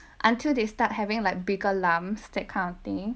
until they start having like bigger lumps that kind of thing